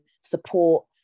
support